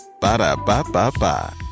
Ba-da-ba-ba-ba